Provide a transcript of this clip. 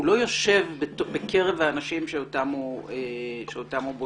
הוא לא יושב בקרב האנשים אותם הוא בודק,